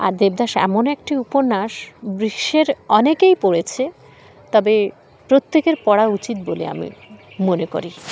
আর দেবদাস এমন একটি উপন্যাস গ্রীষ্মের অনেকেই পড়েছে তবে প্রত্যেকের পড়া উচিত বলে আমি মনে করি